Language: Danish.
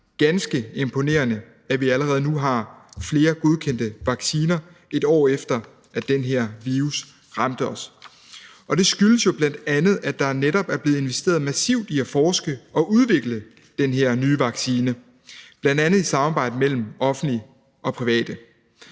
ganske imponerende, at vi allerede nu har flere godkendte vacciner, et år efter at den her virus ramte os. Det skyldes jo bl.a., at der netop er blevet investeret massivt i at forske og udvikle den her nye vaccine, bl.a. i samarbejde mellem offentlige og private.